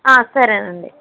ఆ సరేనండి